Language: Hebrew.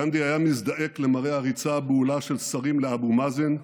גנדי היה מזדעק למראה הריצה הבהולה של שרים אל אבו מאזן,